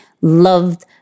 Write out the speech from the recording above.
loved